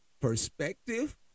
perspective